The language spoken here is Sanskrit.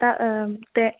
ता ते